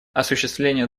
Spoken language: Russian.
осуществление